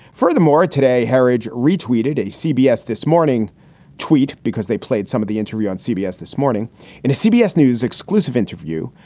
furthermore, today, herridge retweeted a cbs this morning tweet because they played some of the interview on cbs this morning in a cbs news exclusive interview.